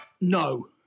No